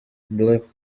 black